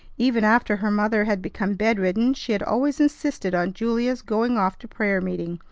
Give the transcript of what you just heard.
even after her mother had become bedridden she had always insisted on julia's going off to prayer meeting,